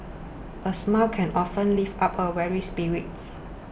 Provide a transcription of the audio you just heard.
a smile can often lift up a weary spirit